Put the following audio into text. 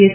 H